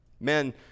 Men